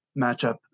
matchup